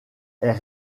est